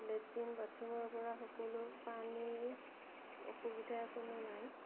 latrine বাথৰুমৰ পৰা সকলো পানীৰ অসুবিধা অকনো নাই